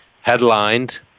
headlined